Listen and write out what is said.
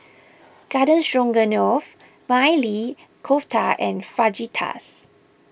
Garden Stroganoff Maili Kofta and Fajitas